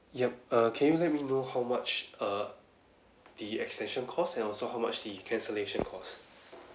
yup err can you let me know how much err the extension cost and also how much the cancellation cost